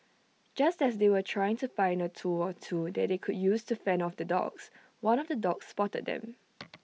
just as they were trying to find A tool or two that they could use to fend off the dogs one of the dogs spotted them